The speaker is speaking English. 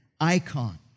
icon